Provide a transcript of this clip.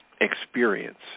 experience